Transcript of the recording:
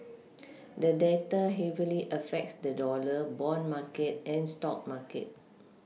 the data heavily affects the dollar bond market and stock market